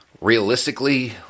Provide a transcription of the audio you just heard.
Realistically